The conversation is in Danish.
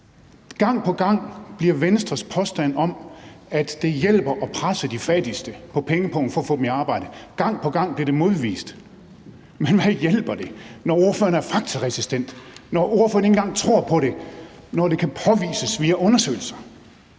Gang på gang bliver Venstres påstand om, at det hjælper at presse de fattigste på pengepungen for at få dem i arbejde, modbevist. Men hvad hjælper det, når ordføreren er faktaresistent, når ordføreren ikke engang tror på det, selv om det kan påvises via undersøgelser?